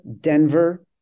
Denver